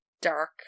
dark